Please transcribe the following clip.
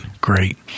great